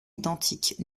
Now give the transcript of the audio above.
identiques